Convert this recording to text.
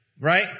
right